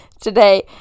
today